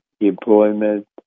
employment